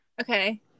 Okay